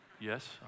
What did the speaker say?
Yes